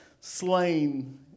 slain